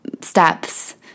steps